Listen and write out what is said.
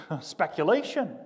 speculation